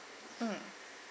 mm